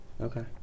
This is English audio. Okay